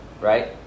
right